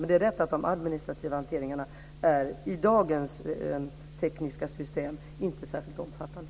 Men det är rätt att de administrativa hanteringarna i dagens tekniska system inte är särskilt omfattande.